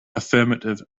affirmative